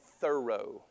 thorough